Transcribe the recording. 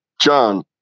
John